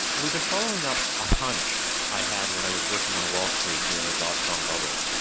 we've been following up a hunch i had when i was working on wall street during the dot com bubble.